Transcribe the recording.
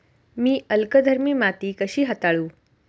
मी अल्कधर्मी माती कशी हाताळू?